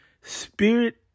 Spirit